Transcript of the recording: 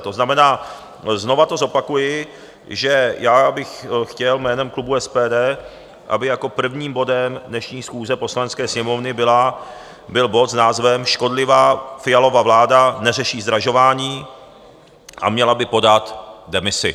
To znamená, znovu to zopakuji: já bych chtěl jménem klubu SPD, aby prvním bodem dnešní schůze Poslanecké sněmovny byl bod s názvem Škodlivá Fialova vláda neřeší zdražování a měla by podat demisi.